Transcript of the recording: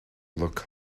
look